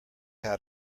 how